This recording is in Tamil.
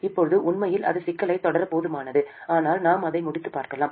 இப்போது உண்மையில் அது சிக்கலைத் தொடர போதுமானது ஆனால் நாம் அதை முடித்து பார்க்கலாம்